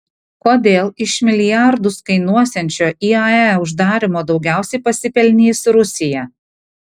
kodėl iš milijardus kainuosiančio iae uždarymo daugiausiai pasipelnys rusija